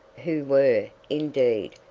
who were, indeed,